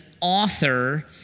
author